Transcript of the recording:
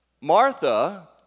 Martha